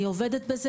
אני עובדת בזה,